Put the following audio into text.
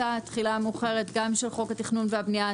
התחילה המאוחרת גם של חוק התכנון והבנייה,